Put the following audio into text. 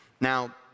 Now